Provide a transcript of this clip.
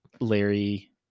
Larry